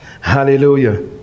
Hallelujah